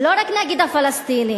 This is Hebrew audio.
לא רק נגד הפלסטינים,